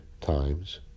times